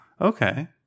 Okay